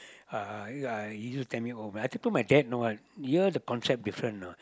uh uh he used tell me oh when I talk to my dad no I here the contract different know